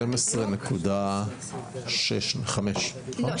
12.5. לא,